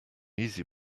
easy